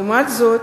לעומת זאת,